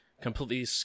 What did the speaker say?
completely